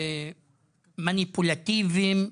המניפולטיביים?